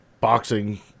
boxing